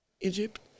egypt